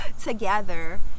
together